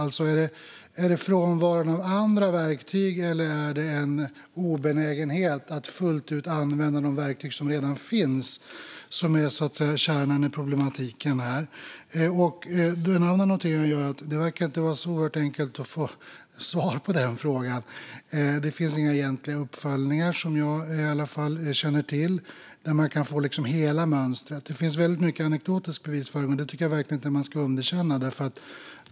Är det alltså frånvaron av andra verktyg eller är det en obenägenhet att fullt ut använda de verktyg som redan finns som är kärnan i problematiken? En annan notering jag gör är att det inte verkar så oerhört enkelt att få svar på den frågan. Det finns inga egentliga uppföljningar, i alla fall inte som jag känner till, där man kan få hela mönstret. Det finns väldigt mycket anekdotisk bevisföring, och den tycker jag verkligen inte att man ska underkänna.